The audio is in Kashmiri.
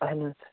اَہَن حظ